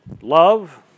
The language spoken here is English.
love